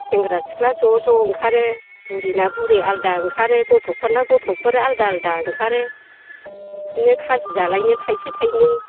सेंग्रा सिख्ला ज' ज' ओंखारो बुरैना बुरै आलदा ओंखारो गथ'फोरना गथ'फोर आलादा आलादा ओंखारो बिदिनो खाजि जालायलायनो थायसे थायनै